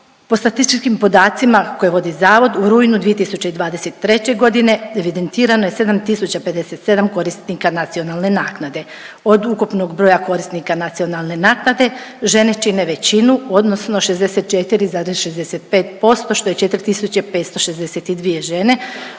po statističkim podacima koje vodi zavod u rujnu 2023.g. evidentirano je 7057 korisnika nacionalne naknade, od ukupnog broja korisnika nacionalne naknade žene čine većinu odnosno 64,65% što je 4562 žene,